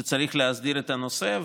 שצריך להסדיר את הנושא.